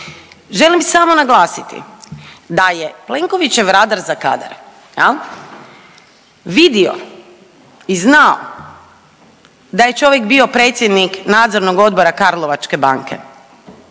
Želim samo naglasiti da je Plenkovićev radar za kadar vidio i znao da je čovjek bio predsjednik nadzornog odbora Karlovačke banke.